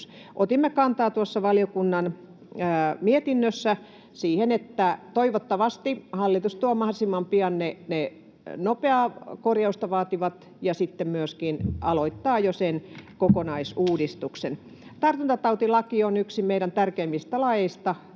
Otimme kantaa tuossa valiokunnan mietinnössä siihen, että toivottavasti hallitus tuo mahdollisimman pian ne nopeaa korjausta vaativat asiat ja sitten myöskin aloittaa jo sen koko-naisuudistuksen. Tartuntatautilaki on yksi meidän tärkeimmistä laeista,